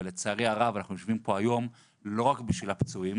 ולצערי הרב אנחנו יושבים פה היום לא רק עבור הפצועים